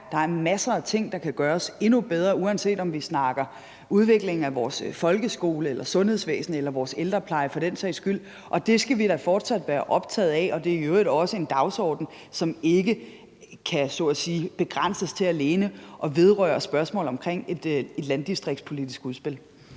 der er masser af ting, der kan gøres endnu bedre, uanset om vi snakker udvikling af vores folkeskole eller sundhedsvæsen eller vores ældrepleje for den sags skyld, og det skal vi da fortsat være optagede af. Det er i øvrigt også en dagsorden, som ikke så at sige kan begrænses til alene at vedrøre spørgsmål omkring et landdistriktspolitisk udspil.